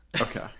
Okay